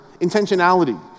intentionality